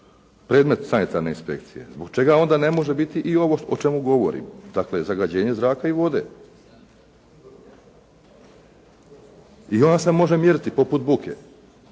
predmet sanitarne inspekcije zbog čega onda ne može biti i ovo o čemu govorim, dakle zagađenje zraka i vode i ona se može mjeriti poput buke.